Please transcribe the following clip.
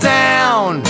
down